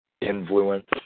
influence